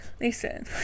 Listen